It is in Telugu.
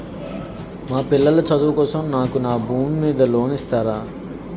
మా పిల్లల చదువు కోసం నాకు నా భూమి మీద లోన్ ఇస్తారా?